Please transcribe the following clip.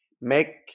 make